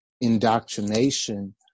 indoctrination